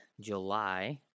July